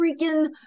freaking